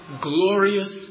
glorious